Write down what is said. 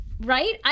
right